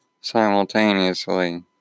simultaneously